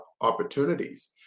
opportunities